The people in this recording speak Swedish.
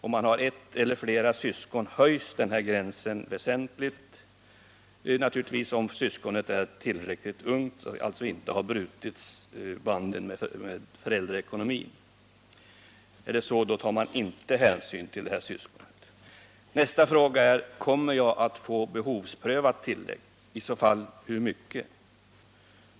Finns det ett eller flera syskon höjs gränsen väsentligt, om det inte gäller 103 syskon som har brutit banden med föräldraekonomin. Då tar man inte hänsyn till det syskonet. Nästa fråga är: Kommer jag att få behovsprövat tillägg? I så fall hur mycket?